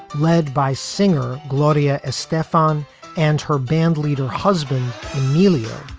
led by singer gloria estefan and her bandleader husband amelia,